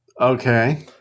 Okay